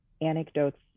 anecdotes